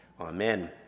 Amen